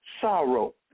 sorrow